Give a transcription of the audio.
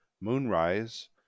Moonrise